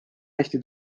hästi